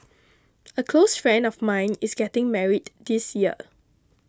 a close friend of mine is getting married this year